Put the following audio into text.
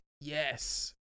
Yes